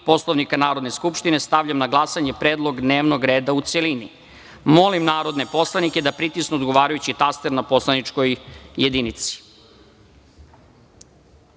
Poslovnika Narodne skupštine, stavljam na glasanje predlog dnevnog reda u celini. Molim narodne poslanike da pritisnu odgovarajući taster na poslaničkoj